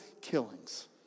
killings